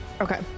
Okay